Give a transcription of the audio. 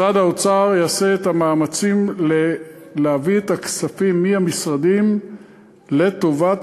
משרד האוצר יעשה את המאמצים להביא את הכספים מהמשרדים לטובת